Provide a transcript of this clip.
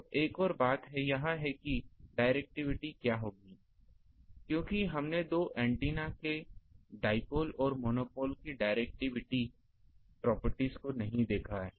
तो एक और बात यह है कि डाइरेक्टिविटी क्या होगी क्योंकि हमने दो एंटेना के डाइपोल और मोनोपोल के डायरेक्टिव प्रॉपर्टीज को नहीं देखा है